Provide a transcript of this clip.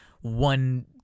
one